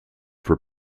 for